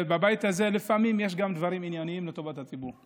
בבית הזה יש לפעמים גם דברים ענייניים לטובת הציבור.